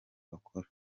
bakora